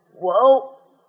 Whoa